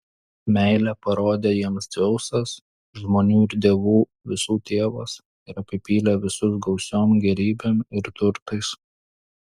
meilę parodė jiems dzeusas žmonių ir dievų visų tėvas ir apipylė visus gausiom gėrybėm ir turtais